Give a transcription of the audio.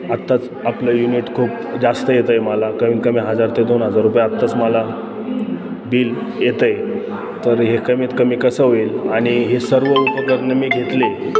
आत्ताच आपलं युनिट खूप जास्त येतं आहे मला कमीतकमी हजार ते दोन हजार रुपये आताच मला बिल येतं आहे तर हे कमीत कमी कसं होईल आणि हे सर्व उपकरणं मी घेतले